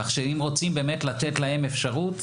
אם רוצים באמת לתת להם אפשרות,